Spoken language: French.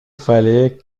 fallait